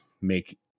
make